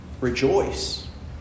rejoice